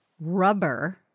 rubber